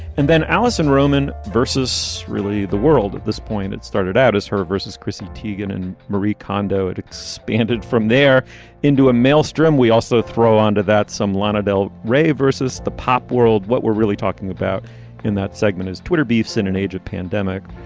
and then allison roman versus really the world at this point. it started out as her versus chrissy teigen, anne marie kondo. it expanded from there into a maelstrom. we also throw onto that some lana del rey versus the pop world. what we're really talking about in that segment is twitter beefs in an age of pandemic.